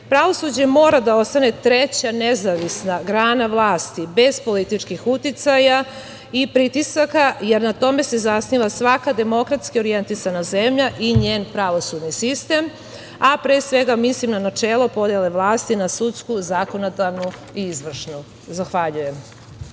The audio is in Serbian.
način. Pravosuđe mora da ostane treća nezavisna grana vlasti, bez političkih uticaja i pritisaka, jer na tome se zasniva svaka demokratski orijentisana zemlja i njen pravosudni sistem, a pre svega mislim na načelo podele vlasti na sudsku, zakonodavnu i izvršnu. Hvala.